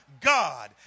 God